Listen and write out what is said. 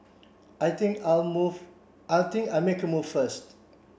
I think I'll move I think I'll make a move first